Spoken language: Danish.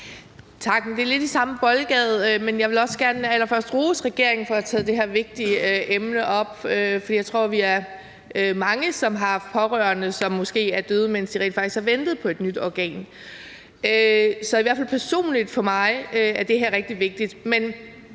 Tak. Det er lidt i samme boldgade, men jeg vil allerførst også gerne rose regeringen for at have taget det her vigtige emne op. Jeg tror, vi er mange, som har haft pårørende, som måske er døde, mens de har ventet på et nyt organ. Så det her er i hvert fald for mig personligt rigtig vigtigt.